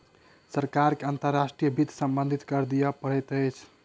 सरकार के अंतर्राष्ट्रीय वित्त सम्बन्धी कर दिअ पड़ैत अछि